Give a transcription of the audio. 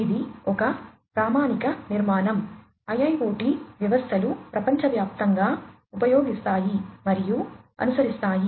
ఇది ఒక ప్రామాణిక నిర్మాణం IIoT వ్యవస్థలు ప్రపంచవ్యాప్తంగా ఉపయోగిస్తాయి మరియు అనుసరిస్తాయి